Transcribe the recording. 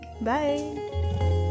bye